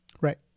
Right